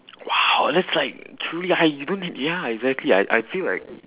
!whoa! that's like truly eye you don't need ya exactly I I feel like